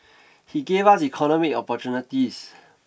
he gave us economic opportunities